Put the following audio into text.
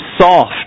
soft